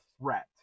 threat